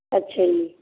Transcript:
ਅੱਛਾ ਜੀ